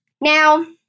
Now